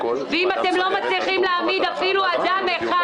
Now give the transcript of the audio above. ואם אתם לא מצליחים להעמיד אפילו אדם אחד